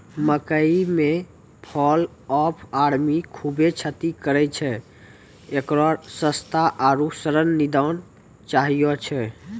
मकई मे fall of army खूबे क्षति करेय छैय, इकरो सस्ता आरु सरल निदान चाहियो छैय?